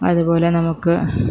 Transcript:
അതുപോലെ നമുക്ക്